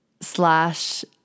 slash